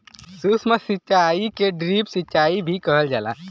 सूक्ष्म सिचाई के ड्रिप सिचाई भी कहल जाला